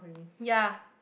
ya